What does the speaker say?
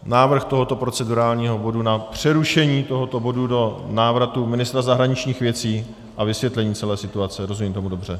Návrh tohoto procedurálního bodu na přerušení tohoto bodu do návratu ministra zahraničních věcí a vysvětlení celé situace rozumím tomu dobře?